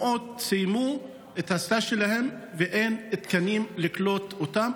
מאות סיימו את הסטאז' שלהם ואין תקנים כדי לקלוט אותם.